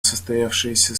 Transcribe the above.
состоявшиеся